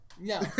No